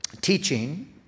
teaching